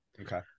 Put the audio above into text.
Okay